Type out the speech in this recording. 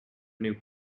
new